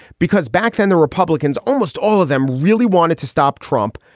because back then, the republicans, almost all of them really wanted to stop trump.